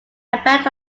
about